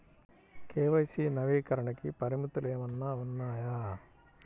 KYC నవీకరణకి పరిమితులు ఏమన్నా ఉన్నాయా?